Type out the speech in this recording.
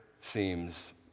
seems